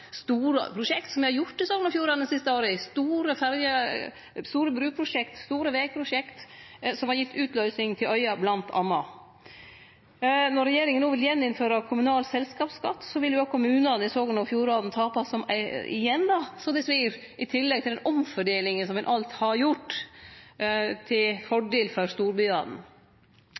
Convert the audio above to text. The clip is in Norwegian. store prosjekt – som me har gjort i Sogn og Fjordane dei siste åra, store bruprosjekt, store vegprosjekt, som bl.a. har gitt utløysing til øyer. Når regjeringa no vil innføre kommunal selskapsskatt på nytt, så vil jo kommunane i Sogn og Fjordane tape igjen så det svir, i tillegg til omfordelinga som ein alt har gjort til fordel for storbyane.